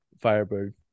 Firebird